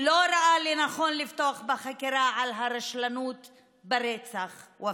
לא ראה לנכון לפתוח בחקירה על הרשלנות ברצח ופאא.